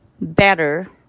better